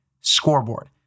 scoreboard